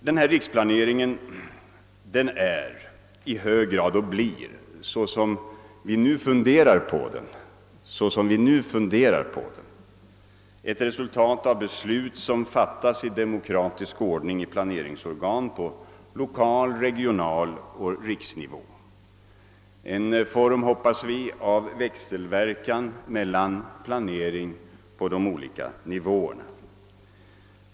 Så som vi nu har tänkt oss riksplaneringen blir den i hög grad ett resultat av beslut som fattas i demokratisk ordning av planeringsorgan på lokal och regional nivå samt på riksnivå — en form, hoppas vi, av växelverkan mellan planering på de olika nivåerna.